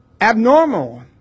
abnormal